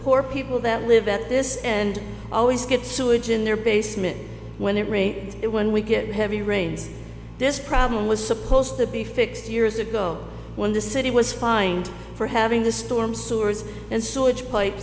poor people that live at this and always get sewage in their basement when it rains it when we get heavy rains this problem was supposed to be fixed years ago when the city was fined for having the storm sewers and sewage pi